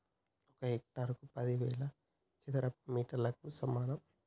ఒక హెక్టారు పదివేల చదరపు మీటర్లకు సమానం